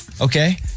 Okay